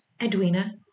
Edwina